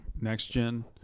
next-gen